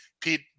Pete